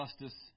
justice